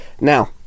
Now